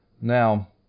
Now